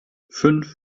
fünf